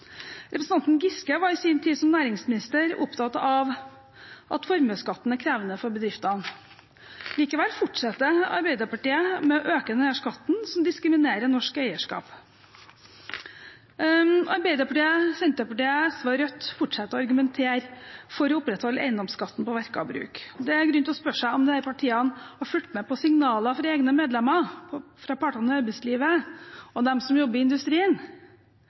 Representanten Giske var i sin tid som næringsminister opptatt av at formuesskatten er krevende for bedriftene. Likevel fortsetter Arbeiderpartiet å øke denne skatten, som diskriminerer norsk eierskap. Arbeiderpartiet, Senterpartiet, SV og Rødt fortsetter å argumentere for å opprettholde eiendomsskatten på verk og bruk. Det er grunn til å spørre seg om disse partiene har fulgt med på signaler fra egne medlemmer, fra partene i arbeidslivet og fra dem som jobber i industrien,